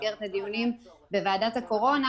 במסגרת הדיונים בוועדת הקורונה